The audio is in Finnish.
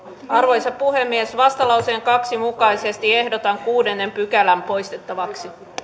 arvoisa puhemies vastalauseen kaksi mukaisesti ehdotan kuudetta pykälää poistettavaksi